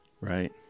right